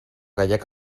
gallec